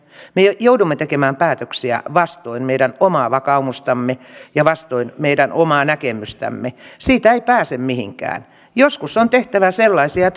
me joudumme tekemään päätöksiä vastoin meidän omaa vakaumustamme ja vastoin meidän omaa näkemystämme siitä ei pääse mihinkään joskus on tehtävä sellaisia